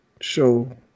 show